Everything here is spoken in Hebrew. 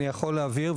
אני יכול להבהיר,